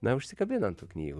na užsikabina ant tų knygų